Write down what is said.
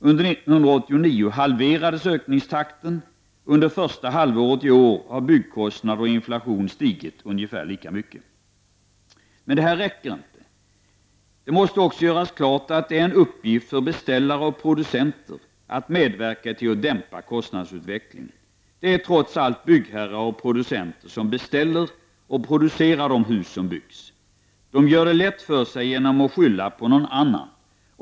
Under 1989 halverades ökningstakten. Under det första halvåret i år har byggkostnader och inflation stigit ungefär lika mycket. Men detta räcker inte. Det måste också göras klart att det är en uppgift för beställare och producenter att medverka till att dämpa kostnadsutvecklingen. Det är trots allt byggherrar och producenter som beställer och producerar de hus som byggs. De gör det lätt för sig genom att skylla på någon annan.